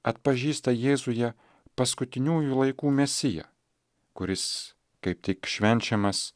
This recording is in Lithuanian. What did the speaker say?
atpažįsta jėzuje paskutiniųjų laikų mesiją kuris kaip tik švenčiamas